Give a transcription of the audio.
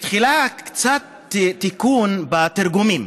תחילה קצת תיקון בתרגומים.